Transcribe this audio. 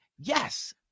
Yes